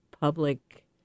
public